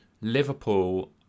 Liverpool